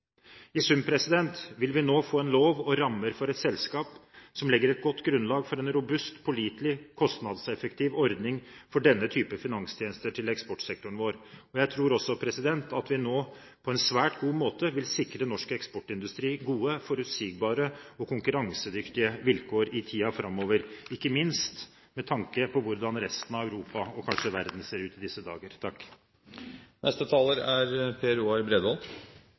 I sum vil vi nå få en lov og rammer for et selskap som legger et godt grunnlag for en robust, pålitelig og kostnadseffektiv ordning for denne type finanstjenester til eksportsektoren vår. Jeg tror også at vi nå på en svært god måte vil sikre norsk eksportindustri gode, forutsigbare og konkurransedyktige vilkår i tiden framover, ikke minst med tanke på hvordan resten av Europa og kanskje verden ser ut i disse dager.